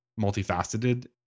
multifaceted